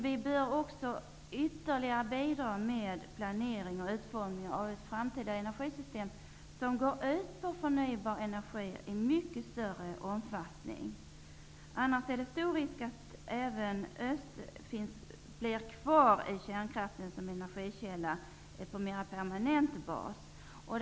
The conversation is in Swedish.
Vi bör ytterligare bidra med planering och utformning av framtida energisystem, som går ut på förnybar energi i mycket stor omfattning. Risken är annars stor att öst behåller kärnkraften som energikälla på en permanent bas.